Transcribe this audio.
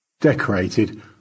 Decorated